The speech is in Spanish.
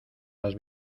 las